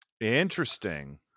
Interesting